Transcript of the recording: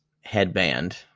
headband